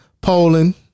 Poland